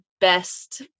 best